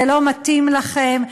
זה לא מתאים לכם.